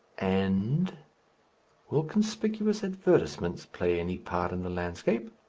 and will conspicuous advertisements play any part in the landscape.